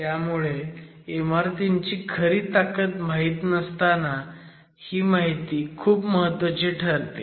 त्यामुळे इमारतीची खरी ताकद माहीत नसताना ही माहिती खूप महत्वाची ठरते